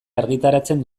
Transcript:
argitaratzen